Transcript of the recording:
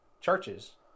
churches